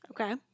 Okay